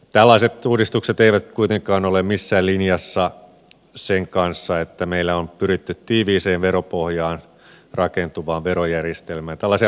tällaiset uudistukset eivät kuitenkaan ole missään linjassa sen kanssa että meillä on pyritty tiiviiseen veropohjaan rakentuvaan verojärjestelmään